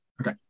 Okay